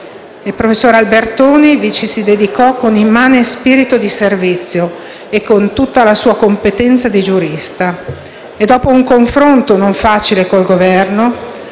Il professor Albertoni vi si dedicò con immane spirito di servizio e con tutta la sua competenza di giurista e, dopo un confronto non facile col Governo,